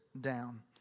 down